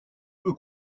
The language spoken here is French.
peu